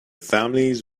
families